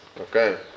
okay